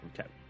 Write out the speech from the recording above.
Okay